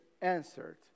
answered